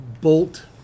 bolt